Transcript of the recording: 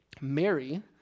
Mary